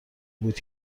بود